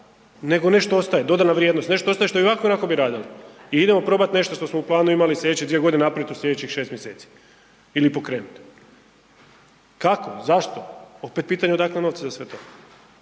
nego nešto ostaje, dodana vrijednost, nešto ostaje što bi i ovako i onako radili. I idemo probati nešto što smo u planu imali sljedeće dvije godine napraviti u sljedećih 6 mjeseci ili pokrenuti. Kako, zašto, opet pitanje odakle novci za sve to.